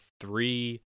three